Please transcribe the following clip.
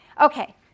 Okay